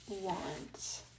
want